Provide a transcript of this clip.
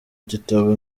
gitabo